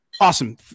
awesome